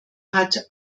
hat